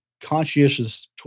conscientious